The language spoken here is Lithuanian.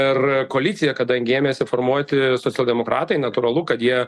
ir koaliciją kadangi ėmėsi formuoti socialdemokratai natūralu kad jie